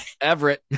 everett